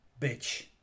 bitch